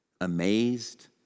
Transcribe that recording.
amazed